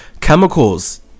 Chemicals